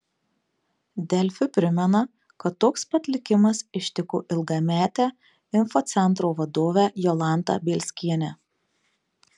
delfi primena kad toks pat likimas ištiko ilgametę infocentro vadovę jolantą bielskienę